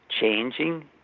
changing